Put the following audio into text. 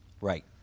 right